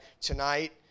tonight